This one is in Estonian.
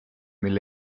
mil